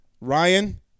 Ryan